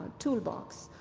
toolbox